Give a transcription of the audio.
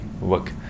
work